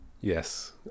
Yes